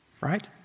right